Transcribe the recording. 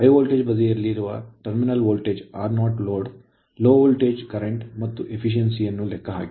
High Voltage ಹೆಚ್ಚಿನ voltage ಬದಿಯಲ್ಲಿರುವ terminal voltage R0 load low voltage current ಕಡಿಮೆ voltage ಪ್ರವಾಹ ಮತ್ತು efficiency ದಕ್ಷತೆಯನ್ನು ಲೆಕ್ಕಹಾಕಿ